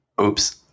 Oops